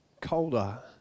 colder